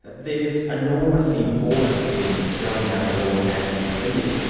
there's enormous importance in spelling out the law as you see it,